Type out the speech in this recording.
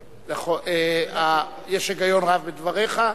נכון, יש היגיון רב בדבריך,